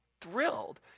thrilled